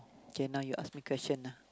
okay now you ask me question lah